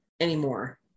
anymore